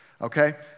okay